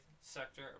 sector